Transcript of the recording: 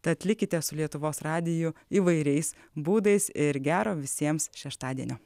tad likite su lietuvos radiju įvairiais būdais ir gero visiems šeštadienio